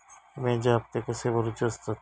विम्याचे हप्ते कसे भरुचे असतत?